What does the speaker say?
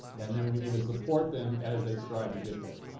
and then we need to support them as they strive to get there,